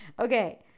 Okay